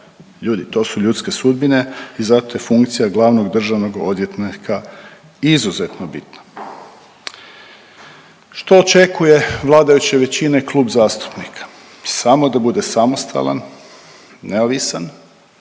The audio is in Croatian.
Ljudi to su ljudske sudbine i zato je funkcija glavnog državnog odvjetnika izuzetno bitna. Što očekuje vladajuće većine klub zastupnika? Samo da bude samostalan, neovisan